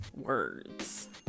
words